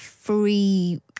Free